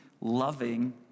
loving